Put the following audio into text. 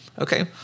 okay